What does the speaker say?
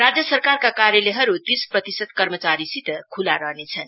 राज्य सरकारका कार्यालयहरू तीस प्रतिशत कर्मचारीसित खुल्ला रहनेछन्